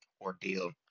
ordeal